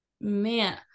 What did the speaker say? Man